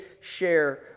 share